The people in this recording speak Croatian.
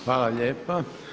Hvala lijepa.